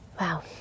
Wow